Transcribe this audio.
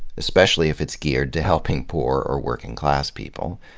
especially if it's geared to helping poor or working class people,